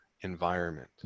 environment